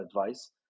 advice